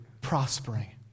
prospering